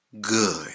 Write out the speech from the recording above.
good